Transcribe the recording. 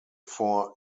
four